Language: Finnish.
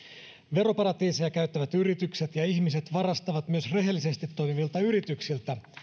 veroparatiiseja käyttävät yritykset ja ihmiset varastavat myös rehellisesti toimivilta yrityksiltä